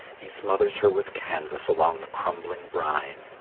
he smothers her with canvas along the crumbling brine.